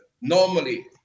normally